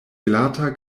glata